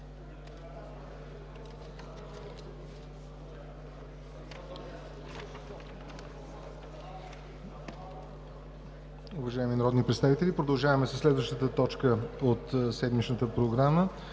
Уважаеми народни представители, продължаваме със следващата точка от седмичната Програма: